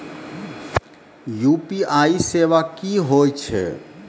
UPI सेवा की होय छै?